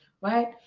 right